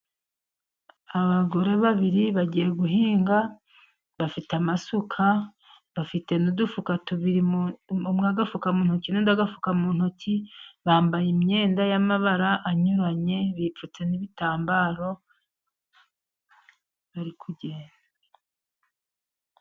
Abagore babiri bagiye guhinga bafite amasuka, bafite n'udufuka tubiri, umwe agafuka mu ntoki, undi agafuka mu ntoki, bambaye imyenda y'amabara anyuranye, bipfutse n'ibitambaro bari kugenda.